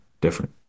different